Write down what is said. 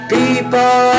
people